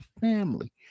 family